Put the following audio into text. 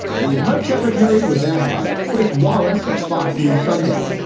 the hud secretary was asked by chris wallace of fox news sunday,